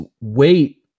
wait